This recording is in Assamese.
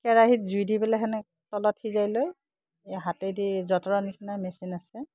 কেৰাহীত জুই দি পেলাই সেনেকৈ তলত সিজাই লৈ এই হাতেদি যতৰৰ নিচিনা মেচিন আছে